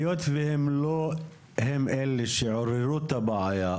היות והם לא הם אלה שעוררו את הבעיה,